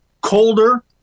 colder